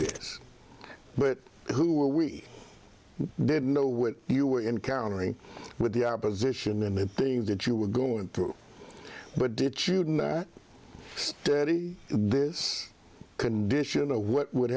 this but who will we didn't know what you were encountering with the opposition and the things that you were going through but that shouldn't study this condition of what would